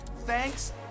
Thanks